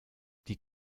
die